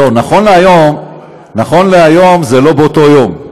לא, היום זה לא באותו יום,